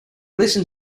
listened